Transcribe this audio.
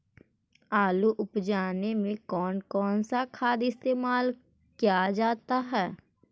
आलू उप जाने में कौन कौन सा खाद इस्तेमाल क्या जाता है?